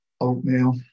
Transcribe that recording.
oatmeal